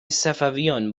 صفویان